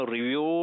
review